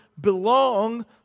belong